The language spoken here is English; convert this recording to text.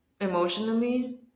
emotionally